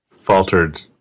faltered